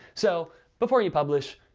so before you publish,